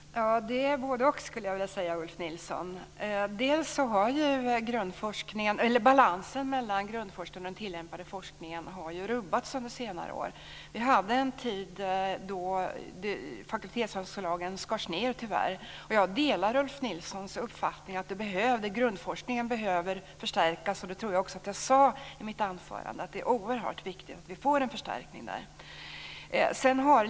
Fru talman! Det är både-och skulle jag vilja säga, Ulf Nilsson. Balansen mellan grundforskningen och den tillämpade forskningen har ju rubbats under senare år. Vi hade en tid då fakultetsanslagen tyvärr skars ned. Jag delar Ulf Nilssons uppfattning att grundforskningen behöver förstärkas. Det tror jag också att jag sade i mitt anförande. Det är oerhört viktigt att vi får en förstärkning där.